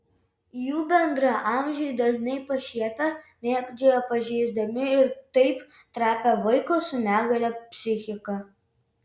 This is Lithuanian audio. jų bendraamžiai dažnai pašiepia mėgdžioja pažeisdami ir taip trapią vaiko su negalia psichiką